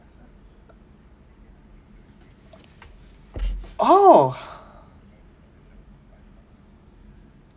oh